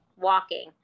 walking